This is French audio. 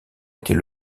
était